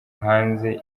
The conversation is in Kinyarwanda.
hanze